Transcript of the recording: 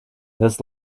this